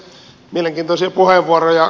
mielenkiintoisia puheenvuoroja